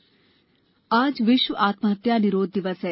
आत्म हत्या निरोध दिवस आज विश्व आत्म हत्या निरोध दिवस है